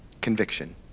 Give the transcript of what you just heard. Conviction